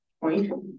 point